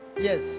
yes